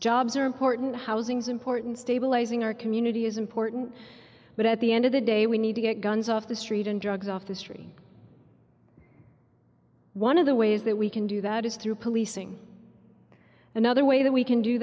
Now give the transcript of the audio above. jobs are important housing is important stabilizing our community is important but at the end of the day we need to get guns off the street and drugs off the street one of the ways that we can do that is through policing another way that we can do